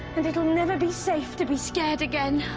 and it'll never be safe to be scared again.